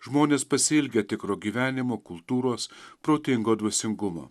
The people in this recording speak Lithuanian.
žmonės pasiilgę tikro gyvenimo kultūros protingo dvasingumo